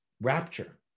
rapture